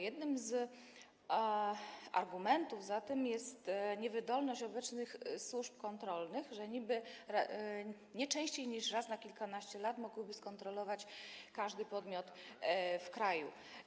Jednym z argumentów za tym jest niewydolność obecnych służb kontrolnych, że niby nie częściej niż raz na kilkanaście lat mogłyby skontrolować każdy podmiot w kraju.